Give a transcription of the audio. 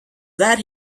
that